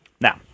Now